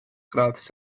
gradd